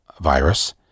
virus